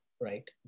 right